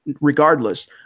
regardless